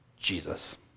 Jesus